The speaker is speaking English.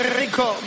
rico